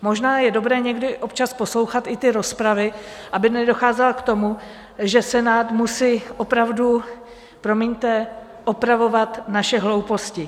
Možná je dobré někdy občas poslouchat i ty rozpravy, aby nedocházelo k tomu, že Senát musí opravdu, promiňte, opravovat naše hlouposti.